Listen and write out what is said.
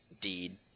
deed